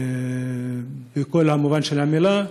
בכל מובן של המילה,